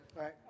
right